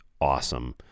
awesome